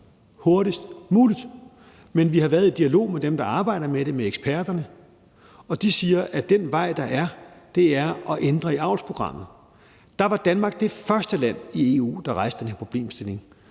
hurtigst muligt. Men vi har været i dialog med dem, der arbejder med det, med eksperterne, og de siger, at den vej, der er, er at ændre i avlsprogrammet. Der var Danmark det første land i EU, der rejste den her problemstilling,